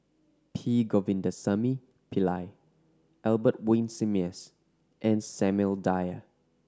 P Govindasamy Pillai Albert Winsemius and Samuel Dyer